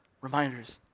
reminders